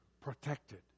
protected